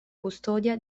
custodia